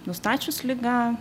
nustačius ligą